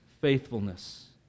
faithfulness